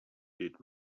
did